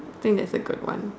think that's a good one